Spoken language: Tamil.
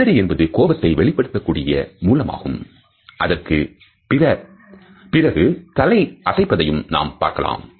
உதடு என்பது கோபத்தை வெளிப்படுத்தக்கூடிய மூலமாகும் அதற்குப் பிறகு தலை அசைப் பதையும்நாம் பார்க்கலாம்